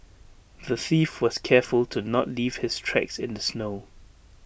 the thief was careful to not leave his tracks in the snow